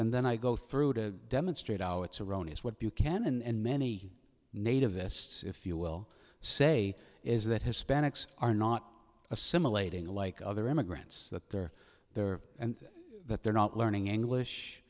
send then i go through to demonstrate how it's erroneous what buchanan and many nativists if you will say is that hispanics are not assimilating like other immigrants that they're there and that they're not learning english